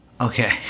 Okay